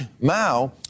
Mao